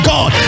God